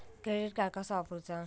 Credit card कसा वापरूचा?